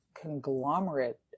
conglomerate